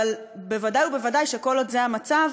אבל ודאי וודאי שכל עוד זה המצב,